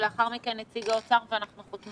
אני רוצה